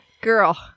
Girl